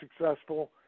successful